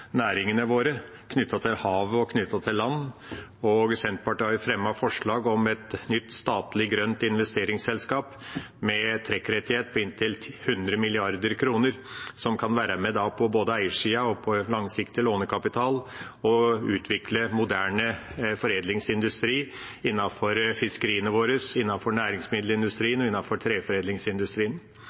næringene våre knyttet til havet og knyttet til land. Senterpartiet har fremmet forslag om et nytt statlig, grønt investeringsselskap med trekkrettighet på inntil 100 mrd. kr som kan være med på eiersida med langsiktig lånekapital og utvikle moderne foredlingsindustri innenfor fiskeriene våre, innenfor næringsmiddelindustrien og innenfor treforedlingsindustrien.